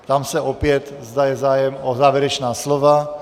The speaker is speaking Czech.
Ptám se opět, zda je zájem o závěrečná slova.